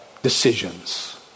decisions